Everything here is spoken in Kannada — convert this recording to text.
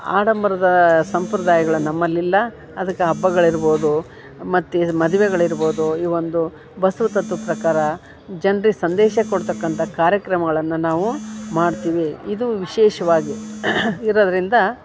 ಆಡಂಬರದ ಸಂಪ್ರದಾಯಗಳು ನಮ್ಮಲ್ಲಿಲ್ಲ ಅದಕ್ಕೆ ಹಬ್ಬಗಳಿರ್ಬೋದು ಮತ್ತು ಮದುವೆಗಳಿರ್ಬೋದು ಈ ಒಂದು ಬಸವ ತತ್ವದ ಪ್ರಕಾರ ಜನ್ರಿಗೆ ಸಂದೇಶ ಕೊಡ್ತಕ್ಕಂಥ ಕಾರ್ಯಕ್ರಮಗಳನ್ನ ನಾವು ಮಾಡ್ತೀವಿ ಇದು ವಿಶೇಷವಾಗಿ ಇರೋದರಿಂದ